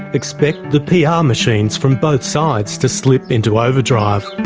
expect the pr ah machines from both sides to slip into overdrive.